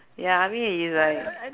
ya I mean i~ is like